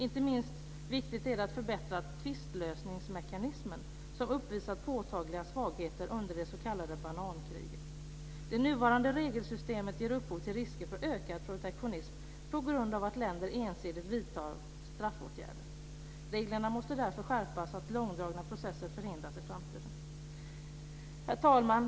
Inte minst viktigt är det att förbättra tvistlösningsmekanismen, som uppvisat påtagliga svagheter under det s.k. banankriget. Det nuvarande regelsystemet ger upphov till risker för ökad protektionism på grund av att länder ensidigt vidtar straffåtgärder. Reglerna måste därför skärpas så att långdragna processer förhindras i framtiden. Herr talman!